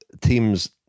teams